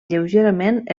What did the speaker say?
lleugerament